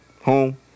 Home